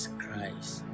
Christ